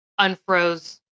unfroze